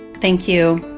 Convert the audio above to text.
thank you.